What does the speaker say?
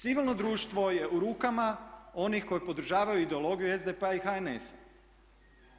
Civilno društvo je u rukama onih koji podržavaju ideologiju SDP-a i HNS-a.